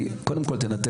אבל אם אתה רוצה